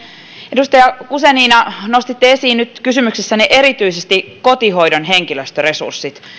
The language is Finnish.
edustaja guzenina nostitte esiin nyt kysymyksessänne erityisesti kotihoidon henkilöstöresurssit